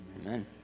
Amen